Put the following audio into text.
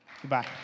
Goodbye